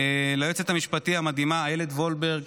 ליועצת המשפטית המדהימה אילת וולברג.